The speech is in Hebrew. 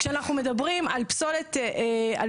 כשאנחנו מדברים על פסולת חקלאית,